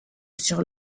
sur